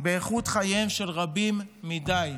באיכות חייהם של רבים מדי.